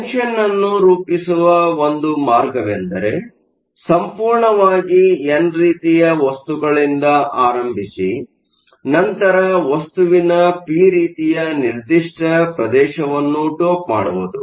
junction ಅನ್ನು ರೂಪಿಸುವ ಒಂದು ಮಾರ್ಗವೆಂದರೆ ಸಂಪೂರ್ಣವಾಗಿ ಎನ್ ರೀತಿಯ ವಸ್ತುಗಳಿಂದ ಆರಂಭಿಸಿ ನಂತರ ವಸ್ತುವಿನ ಪಿ ರೀತಿಯ ನಿರ್ದಿಷ್ಟ ಪ್ರದೇಶವನ್ನು ಡೋಪ್ ಮಾಡುವುದು